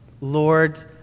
Lord